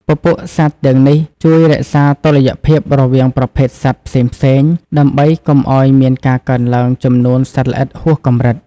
ពពួកសត្វទាំងនេះជួយរក្សាតុល្យភាពរវាងប្រភេទសត្វផ្សេងៗ ដើម្បីកុំឱ្យមានការកើនឡើងចំនួនសត្វល្អិតហួសកម្រិត។